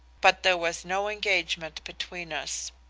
but there was no engagement between us.